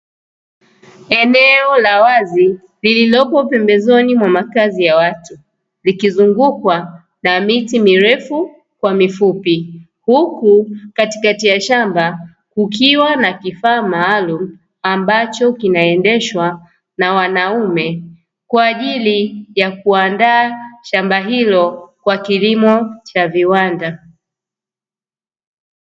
Eneo la wazi lililopo pembezoni mwa makazi ya watu likizungukwa na miti mirefu kwa mifupi, huku katikati ya shamba kukiwa na kifaa maalumu ambacho kinaendeshwa na wanaume kwajili ya kuandaa shamba hilo kwa kilimo cha viwanda.